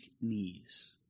knees